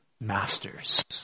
masters